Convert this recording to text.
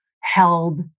held